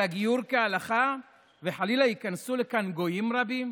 הגיור כהלכה וחלילה ייכנסו לכאן גויים רבים?